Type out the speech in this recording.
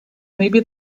maybe